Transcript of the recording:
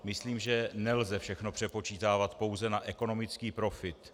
Myslím, že nelze všechno přepočítávat pouze na ekonomický profit.